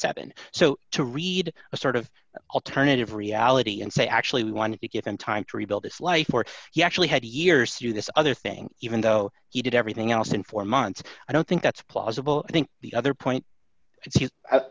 seven so to read a sort of alternative reality and say actually we wanted to give him time to rebuild his life or he actually had two years to do this other thing even though he did everything else in four months i don't think that's plausible i think the other point i